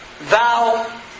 thou